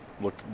look